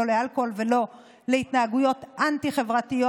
לא לאלכוהול ולא להתנהגויות אנטי-חברתיות.